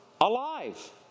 alive